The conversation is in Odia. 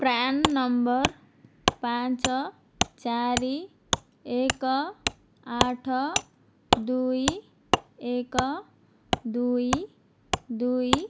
ପ୍ରାନ ନମ୍ବର ପାଞ୍ଚ ଚାରି ଏକ ଆଠ ଦୁଇ ଏକ ଦୁଇ ଦୁଇ